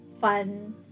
fun